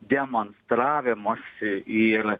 demonstravimosi ir